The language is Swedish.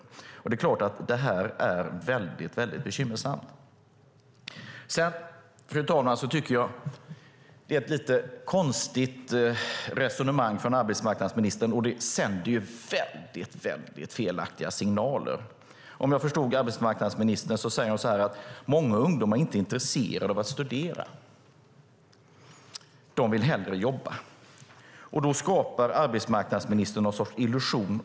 Det är klart att det här är bekymmersamt. Fru talman! Om jag förstod arbetsmarknadsministern rätt sade hon att många ungdomar inte är intresserade av att studera utan hellre vill jobba. Då skapar arbetsmarknadsministern illusionen om att valmöjligheten finns.